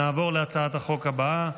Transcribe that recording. נעבור להצעת החוק הבאה,